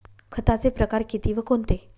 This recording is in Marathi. खताचे प्रकार किती व कोणते?